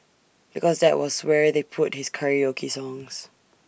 because that was where they put his karaoke songs